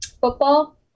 football